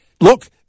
Look